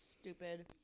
stupid